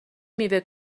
میوه